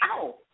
ow